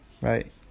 right